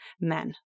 men